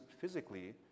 physically